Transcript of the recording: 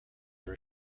are